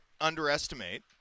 underestimate